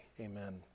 amen